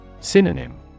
Synonym